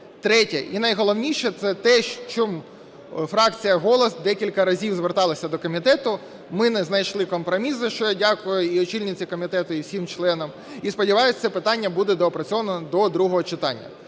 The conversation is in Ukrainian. Третє і найголовніше – це те, що фракція "Голос" декілька разів зверталася до комітету, ми не знайшли компромісу. Щиро дякую і очільниці комітету і всім членам, і сподіваюсь, це питання буде доопрацьоване до другого читання.